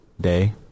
day